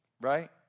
right